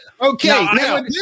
Okay